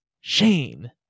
Shane